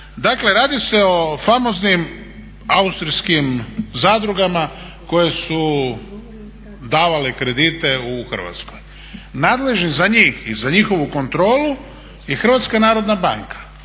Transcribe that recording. Dakle radi se o famoznim austrijskim zadrugama koje su davale kredite u Hrvatskoj. Nadležni za njih i za njihovu kontrolu je HNB. Prema Zakonu